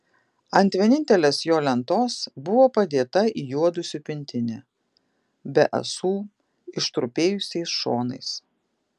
ant vienintelės jo lentos buvo padėta įjuodusi pintinė be ąsų ištrupėjusiais šonais